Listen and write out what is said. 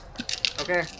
Okay